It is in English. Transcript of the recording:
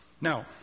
Now